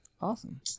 Awesome